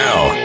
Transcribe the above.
Now